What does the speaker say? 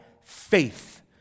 faith